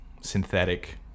synthetic